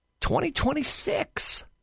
2026